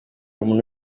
umuntu